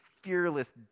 fearless